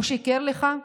הוא שיקר לך,